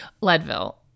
Leadville